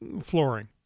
flooring